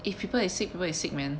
if people is sick people is sick man